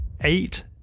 eight